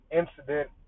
incident